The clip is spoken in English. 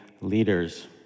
leaders